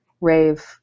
Rave